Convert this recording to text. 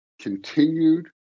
continued